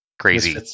crazy